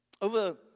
Over